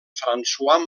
françois